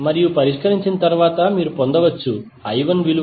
మరియు పరిష్కరించిన తర్వాత మీరు పొందవచ్చు I1 0